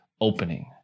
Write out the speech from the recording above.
opening